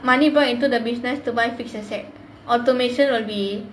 money poured into the business to buy fixed asset automation will be